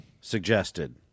suggested